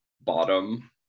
bottom